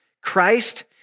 Christ